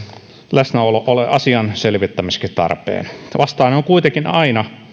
läsnäolo ole asian selvittämiseksi tarpeen vastaajaa on kuitenkin aina